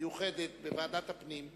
בוועדת הפנים,